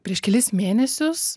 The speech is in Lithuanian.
prieš kelis mėnesius